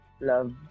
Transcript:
love